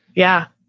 yeah,